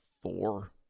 four